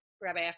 Rabbi